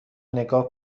نگاه